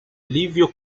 livio